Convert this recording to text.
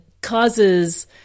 causes—